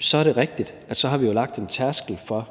Så er det rigtigt, at vi har lagt en tærskel for,